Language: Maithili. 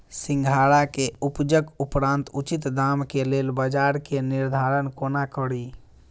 सिंघाड़ा केँ उपजक उपरांत उचित दाम केँ लेल बजार केँ निर्धारण कोना कड़ी?